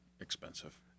expensive